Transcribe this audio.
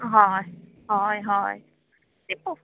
हय हय हय